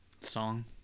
song